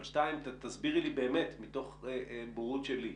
אבל תסבירי לי באמת מתוך בורות שלי,